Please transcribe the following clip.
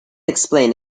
explain